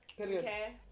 Okay